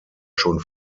schon